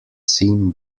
seam